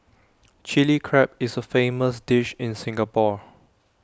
Chilli Crab is A famous dish in Singapore